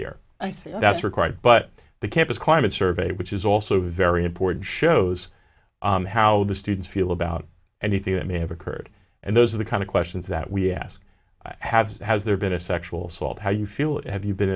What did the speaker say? year i say that's required but the campus climate survey which is also very important shows how the students feel about anything that may have occurred and those are the kind of questions that we ask have has there been a sexual assault how you feel have you been